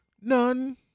None